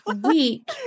week